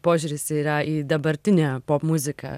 požiūris yra į dabartinę popmuziką